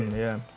yeah.